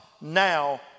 now